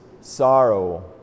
sorrow